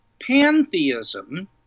pantheism